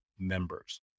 members